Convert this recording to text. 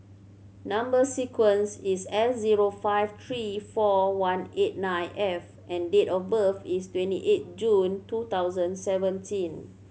number sequence is S zero five three four one eight nine F and date of birth is twenty eight June two thousand seventeen